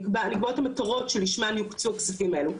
נקבעות המטרות שלשמם יוקצו הכספים האלו.